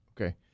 Okay